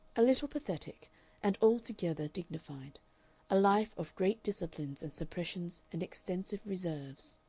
a little pathetic and altogether dignified a life of great disciplines and suppressions and extensive reserves.